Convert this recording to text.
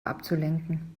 abzulenken